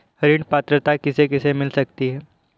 ऋण पात्रता किसे किसे मिल सकती है?